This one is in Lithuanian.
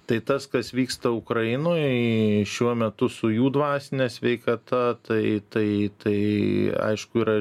tai tas kas vyksta ukrainoj šiuo metu su jų dvasine sveikata tai tai tai aišku yra